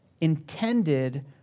intended